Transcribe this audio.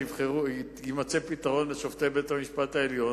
יימצא פתרון לשופטי בית-המשפט העליון?